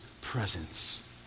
presence